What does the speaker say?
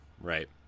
right